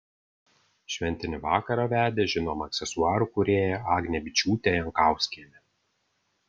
šventinį vakarą vedė žinoma aksesuarų kūrėja agnė byčiūtė jankauskienė